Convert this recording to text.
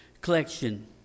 collection